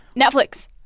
Netflix